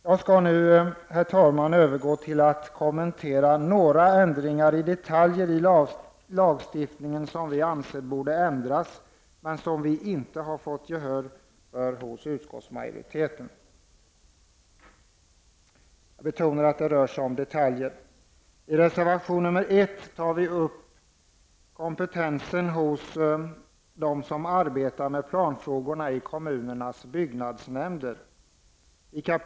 Jag skall nu, herr talman, övergå till att kommentera några detaljer i lagstiftningen som vi anser borde ändras, vilket vi inte har fått gehör för hos utskottsmajoriteten. Jag betonar att det rör sig om detaljer. I reservation 1 tar vi upp kompetensen hos dem som arbetar med planfrågorna i kommunernas byggnadsnämnder.